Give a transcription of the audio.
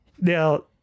now